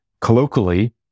colloquially